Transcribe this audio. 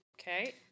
Okay